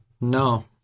No